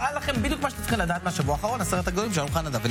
עברה בקריאה ראשונה ותועבר לוועדת הפנים